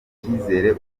icyizere